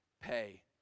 pay